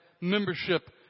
membership